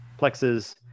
plexes